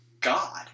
God